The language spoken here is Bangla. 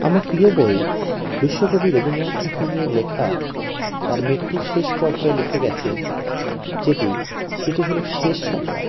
আমার প্রিয় বই বিশ্বকবি রবীন্দ্রনাথ ঠাকুরের লেখা তাঁর মৃত্যুর শেষ পর্যায়ে লিখে গেছেন যেটি সেটি হলো শেষ কথা